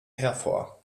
hervor